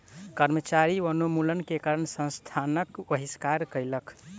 कर्मचारी वनोन्मूलन के कारण संस्थानक बहिष्कार कयलक